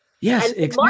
Yes